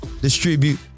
distribute